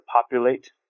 populate